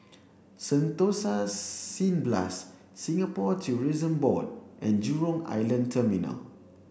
Sentosa Cineblast Singapore Tourism Board and Jurong Island Terminal